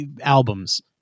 albums